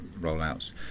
rollouts